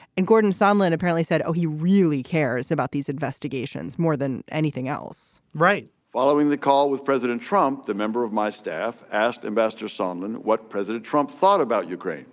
and gordon sandlin apparently said oh he really cares about these investigations more than anything else right following the call with president trump the member of my staff asked ambassador solomon what president trump thought about ukraine